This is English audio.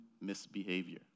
misbehavior